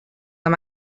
amb